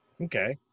Okay